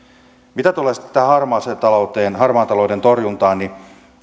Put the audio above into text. mitä tulee tähän harmaaseen talouteen harmaan talouden torjuntaan niin